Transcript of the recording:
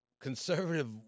conservative